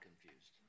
confused